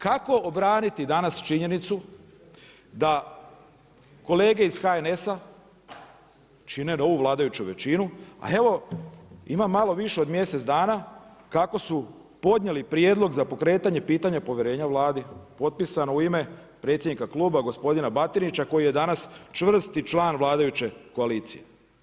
Kako obraniti danas činjenicu da kolege iz HNS-a čine novu vladajuću većinu, a evo ima malo više od mjesec dana kako su podnijeli prijedlog za pitanje povjerenja Vladi, potpisano u ime predsjednika kluba gospodina Batinića koji je danas čvrsti član vladajuće koalicije?